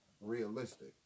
realistic